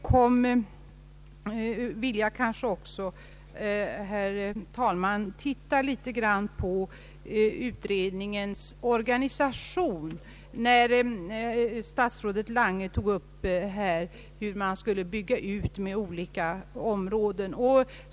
Jag vill vidare, herr talman, se litet grand på utredningens organisation med anledning av att herr statsrådet Lange tog upp frågan hur den skulle byggas ut med olika områden.